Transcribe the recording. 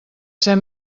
ser